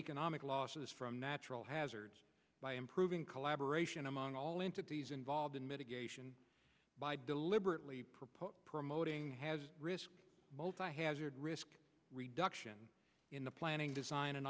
economic losses from natural hazards by improving collaboration among all entities involved in mitigation by bill liberally promoting risk both i hazard risk reduction in the planning design and